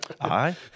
Aye